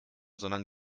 sondern